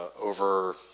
over